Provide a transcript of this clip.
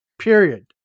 Period